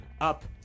up